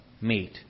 meet